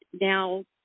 now